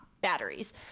batteries